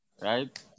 right